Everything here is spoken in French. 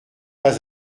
pas